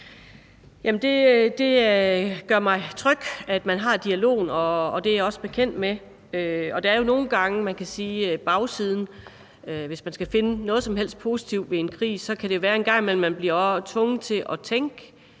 det gør mig tryg, at man har dialogen, og det er jeg også bekendt med. Og der er jo nogle gange, hvor man kan sige, at hvis man skal finde noget som helst positivt ved en krig, kan det være, at man en gang imellem også bliver tvunget til at tænke